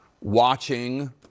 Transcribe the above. watching